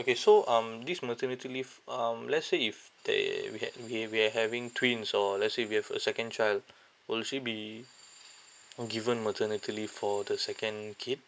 okay so um this maternity leave um let's say if they we had we we are having twins or let's say we have a second child will she be um given maternity leave for the second kid